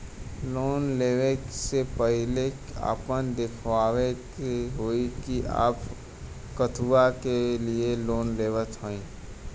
Loan ले वे से पहिले आपन दिखावे के होई कि आप कथुआ के लिए लोन लेत हईन?